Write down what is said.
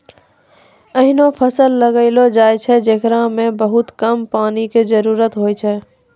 ऐहनो फसल लगैलो जाय छै, जेकरा मॅ बहुत कम पानी के जरूरत होय छै